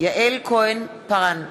יעל כהן-פארן,